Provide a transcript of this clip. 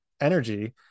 energy